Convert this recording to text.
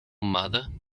mother